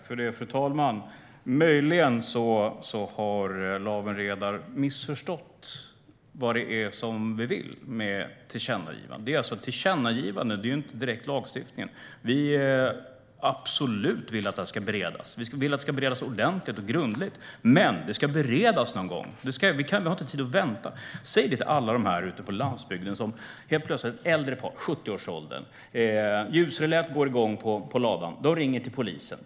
Fru talman! Möjligen har Lawen Redar missförstått vad det är vi vill med tillkännagivandet. Det är alltså ett tillkännagivande; det är inte direkt lagstiftningen. Vi vill absolut att det ska beredas. Vi vill att det ska beredas ordentligt och grundligt, men det ska beredas någon gång! Vi har inte tid att vänta! Säg det till alla dem ute på landsbygden! Tänk dig ett äldre par i 70-årsåldern. Ljusreläet går igång på ladan. De ringer till polisen.